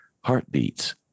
heartbeats